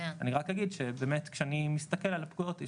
אני רק אגיד שבאמת כשאני מסתכל על הפקודות,